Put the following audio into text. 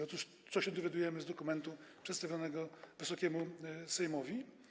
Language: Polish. Otóż czego się dowiadujemy z dokumentu przedstawionego Wysokiemu Sejmowi?